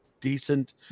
decent